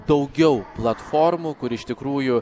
daugiau platformų kur iš tikrųjų